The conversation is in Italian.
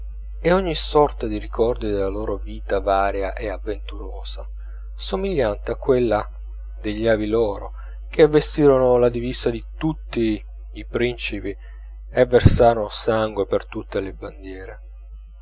e ogni sorta di ricordi della loro vita varia e avventurosa somigliante a quella degli avi loro che vestirono la divisa di tutti i principi e versarono sangue per tutte le bandiere